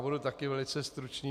Budu také velice stručný.